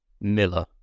Miller